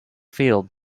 field